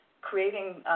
creating